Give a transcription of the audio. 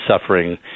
suffering